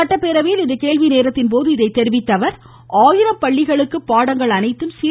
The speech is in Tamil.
சட்டப்பேரவையில் இன்று கேள்வி நேரத்தின் போது பேசிய அவர் ஆயிரம் பள்ளிகளுக்கு பாடங்கள் அனைத்தும் சி